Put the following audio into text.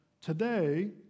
Today